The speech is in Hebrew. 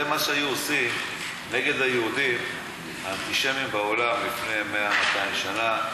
זה מה שהיו עושים נגד היהודים האנטישמים בעולם לפני 200-100 שנה,